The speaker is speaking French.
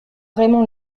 raymond